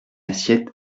assiette